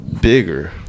bigger